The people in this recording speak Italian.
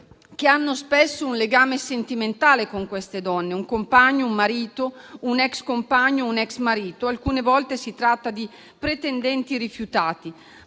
che hanno spesso un legame sentimentale con queste donne: un compagno, un marito, un ex compagno, un ex marito; alcune volte si tratta di pretendenti rifiutati,